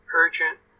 urgent